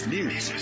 News